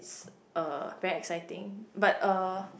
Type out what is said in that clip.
uh very exciting but uh